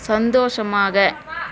சந்தோஷமாக